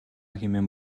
хэмээн